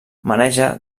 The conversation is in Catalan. maneja